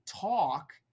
talk